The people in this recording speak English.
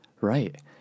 Right